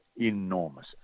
enormous